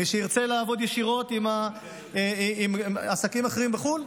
מי שירצה לעבוד ישירות עם עסקים אחרים בחו"ל,